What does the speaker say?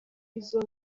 izo